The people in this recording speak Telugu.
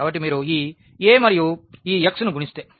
కాబట్టి మీరు ఈ A మరియు ఈ x ను గుణిస్తే